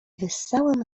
wyssałam